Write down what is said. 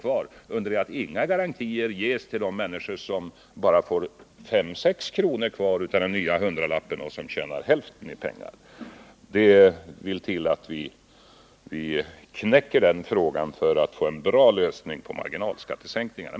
kvar, under det att inga garantier ges till de människor som bara får fem sex kronor kvar av den nya hundralappen och som tjänar hälften så mycket pengar. Det vill till att vi knäcker den frågan för att få en bra lösning beträffande marginalskattesänkningarna.